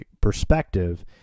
perspective